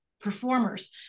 performers